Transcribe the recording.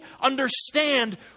understand